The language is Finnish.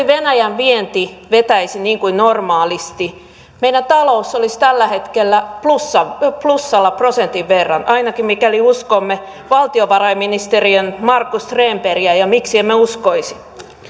venäjän vienti vetäisi niin kuin normaalisti meidän talous olisi tällä hetkellä plussalla prosentin verran ainakin mikäli uskomme valtiovarainministeriön markku stenborgia ja ja miksi emme uskoisi